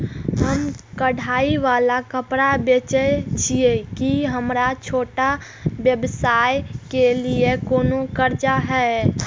हम कढ़ाई वाला कपड़ा बेचय छिये, की हमर छोटा व्यवसाय के लिये कोनो कर्जा है?